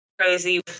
crazy